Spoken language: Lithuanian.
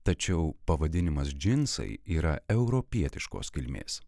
tačiau pavadinimas džinsai yra europietiškos kilmės